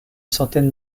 centaine